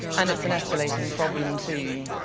and it's an escalating problem too.